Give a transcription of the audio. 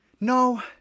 No